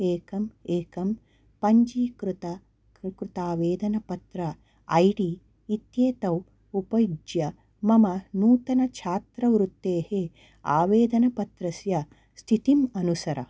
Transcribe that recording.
एकं एकं पञ्जीकृत कृतावेदनपत्रस्य ऐ डी इत्येतौ उपयुज्य मम नूतनछात्रवृत्तेः आवेदनपत्रस्य स्थितिम् अनुसर